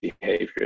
behavior